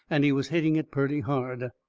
and he was hitting it purty hard.